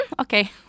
Okay